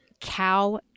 cow